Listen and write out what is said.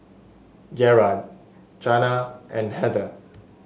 Gerard Chana and Heather